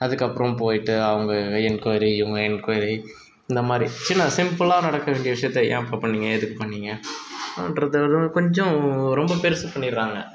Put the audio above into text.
அதுக்கு அப்புறம் போய்விட்டு அவங்க என்க்கொய்ரி இவங்க என்க்கொய்ரி இந்த மாதிரி சின்ன சிம்பிளாக நடக்க வேண்டிய விஷயத்த ஏன்பா பண்ணிங்க எதுக்கு பண்ணிங்க கொஞ்சம் ரொம்ப பெருசு பண்ணிடுறாங்க